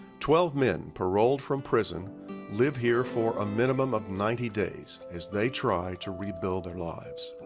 twelve men paroled from prison live here for a minimum of ninety days, as they try to rebuild their lives.